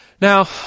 Now